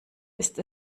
ist